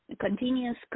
continuous